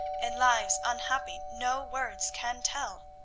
and lives unhappy, no words can tell!